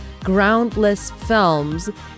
groundlessfilms